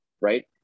right